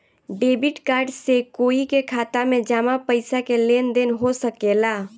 debit card से कोई के खाता में जामा पइसा के लेन देन हो सकेला